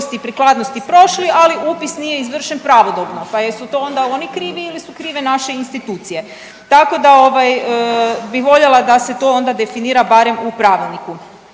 i prikladnosti prošli, ali upis nije izvršen pravodobno, pa jesu to onda oni krivi ili su krive naše institucije? Tako da ovaj bih voljela da se to onda definira barem u pravilniku.